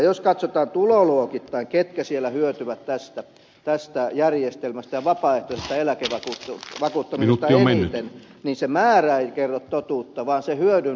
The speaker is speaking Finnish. jos katsotaan tuloluokittain ketkä siellä hyötyvät tästä järjestelmästä ja vapaaehtoisesta eläkevakuuttamisesta eniten niin se määrä ei kerro totuutta vaan se hyödyn suuruus